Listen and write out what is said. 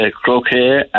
Croquet